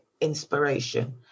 inspiration